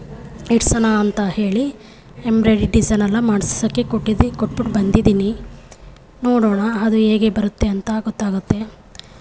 ಇಡಿಸೋಣ ಅಂತ ಹೇಳಿ embroidery design ಎಲ್ಲ ಮಾಡ್ಸೋಕ್ಕೆ ಕೊಟ್ಟಿದ್ದೆ ಕೊಟ್ಬಿಟ್ಟು ಬಂದಿದ್ದೀನಿ ನೋಡೋಣ ಅದು ಹೇಗೆ ಬರುತ್ತೆ ಅಂತ ಗೊತ್ತಾಗುತ್ತೆ